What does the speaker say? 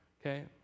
okay